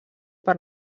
per